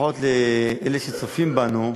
לפחות לאלה שצופים בנו,